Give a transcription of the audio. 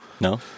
No